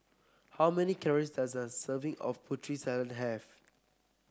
how many calories does a serving of Putri Salad have